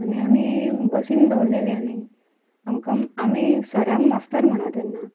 आनी आनी आमी बसीन दवरलेली आनी आमकां आनी आमी सरांक मास्तर म्हण तेन्ना